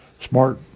Smart